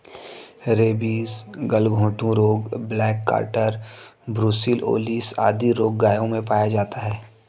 rabies, गलघोंटू रोग, black quarter, brucellosis आदि रोग गायों में पाया जाता है